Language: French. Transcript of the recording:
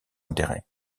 intérêt